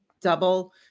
double